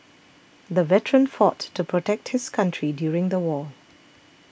the veteran fought to protect his country during the war